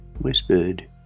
whispered